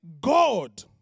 God